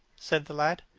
said the lad.